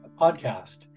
podcast